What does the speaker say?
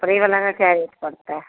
कपड़ेवाला का क्या रेट पड़ता है